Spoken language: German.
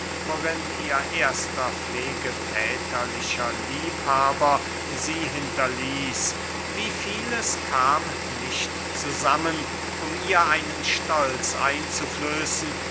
worin ihr erster pflegeväterlicher liebhaber sie hinterließ wie vieles kam nicht zusammen um ihr einen stolz einzuflößen